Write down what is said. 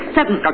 Seven